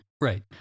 Right